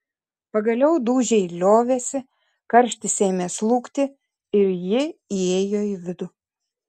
pagaliau dūžiai liovėsi karštis ėmė slūgti ir ji įėjo į vidų